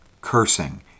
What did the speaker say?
cursing